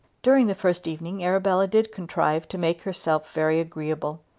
during the first evening arabella did contrive to make herself very agreeable.